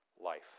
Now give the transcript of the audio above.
life